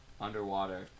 Underwater